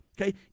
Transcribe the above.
Okay